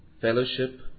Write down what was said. Fellowship